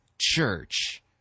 church